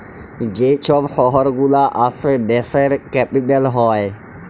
যে ছব শহর গুলা আসে দ্যাশের ক্যাপিটাল হ্যয়